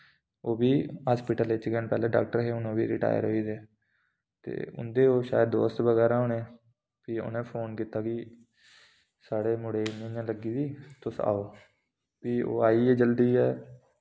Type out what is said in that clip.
ओह् बी हास्पिटले च गै न पैह्ले डाक्टर हे हुन ओह्बी रिटायर होई दे ते उं'दे ओह् शायद दोस्त बगैरा होने फ्ही उनें फोन कीता कि साढ़े मुड़े इ'यां इ''यां लग्गी दी तुस आओ फ्ही ओह् आई गे जल्दी गै